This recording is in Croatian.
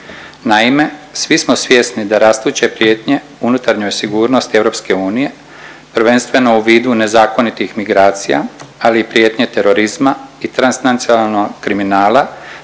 Naime, svi smo svjesni da rastuće prijetnje unutarnjoj sigurnosti EU, prvenstveno u vidu nezakonitih migracija, ali i prijetnje terorizma i transnacionalnog kriminala